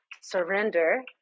surrender